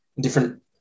different